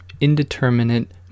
indeterminate